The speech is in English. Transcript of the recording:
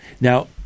Now